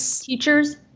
teachers